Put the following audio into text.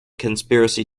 conspiracy